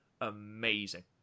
amazing